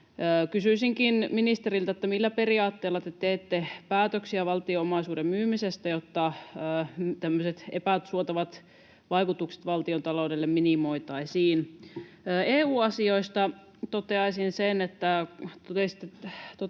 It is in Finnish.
Kysyisinkin ministeriltä: millä periaatteella te teette päätöksiä valtion omaisuuden myymisestä, jotta tämmöiset epäsuotavat vaikutukset valtiontaloudelle minimoitaisiin? EU-asioista toteaisin sen, kun